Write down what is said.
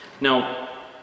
Now